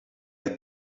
het